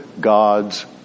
God's